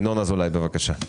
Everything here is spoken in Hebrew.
ינון אזולאי, בבקשה.